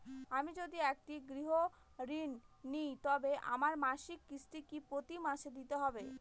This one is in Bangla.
আমি যদি একটি গৃহঋণ নিই তবে আমার মাসিক কিস্তি কি প্রতি মাসে দিতে হবে?